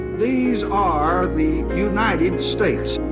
these are the united states.